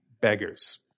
beggars